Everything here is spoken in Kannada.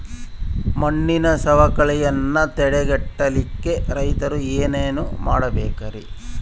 ಮಣ್ಣಿನ ಸವಕಳಿಯನ್ನ ತಡೆಗಟ್ಟಲಿಕ್ಕೆ ರೈತರು ಏನೇನು ಮಾಡಬೇಕರಿ?